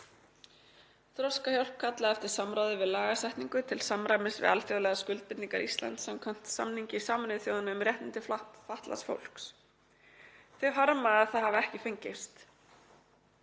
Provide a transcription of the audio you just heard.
Þroskahjálp kallaði eftir samráði við lagasetningu til samræmis við alþjóðlegar skuldbindingar Íslands samkvæmt samningi Sameinuðu þjóðanna um réttindi fatlaðs fólks. Þau harma að það hafi ekki fengist.